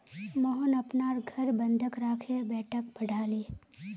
मोहन अपनार घर बंधक राखे बेटाक पढ़ाले